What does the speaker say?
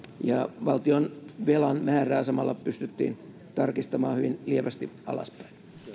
ja valtionvelan määrää samalla pystyttiin tarkistamaan hyvin lievästi alaspäin